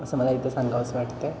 असं मला इथं सांगावंसं वाटते